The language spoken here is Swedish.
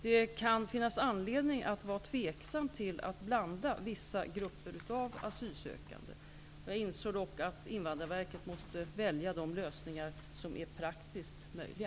Det kan finnas anledning att vara tveksam till att blanda vissa grupper av asylsökande. Jag inser dock att Invandrarverket måste välja de lösningar som är praktiskt möjliga.